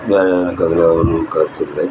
வேறு எனக்கு அதெலாம் ஒன்றும் கருத்தில்லை